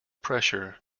pressure